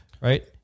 right